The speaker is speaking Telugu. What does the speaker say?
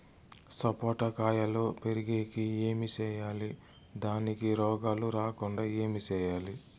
సపోట కాయలు పెరిగేకి ఏమి సేయాలి దానికి రోగాలు రాకుండా ఏమి సేయాలి?